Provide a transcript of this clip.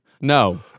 No